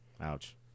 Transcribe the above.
Ouch